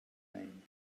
name